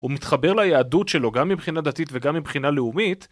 הוא מתחבר ליהדות שלו גם מבחינה דתית וגם מבחינה לאומית